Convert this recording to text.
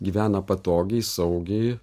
gyvena patogiai saugiai